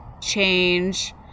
change